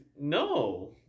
No